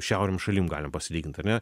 šiaurėm šalim galim pasilygint ar ne